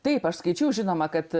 taip aš skaičiau žinoma kad